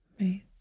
Right